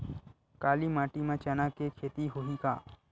काली माटी म चना के खेती होही का?